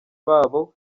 babo